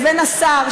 לבין השר,